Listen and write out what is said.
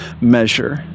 measure